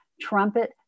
trumpet